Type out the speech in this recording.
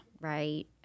Right